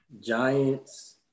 Giants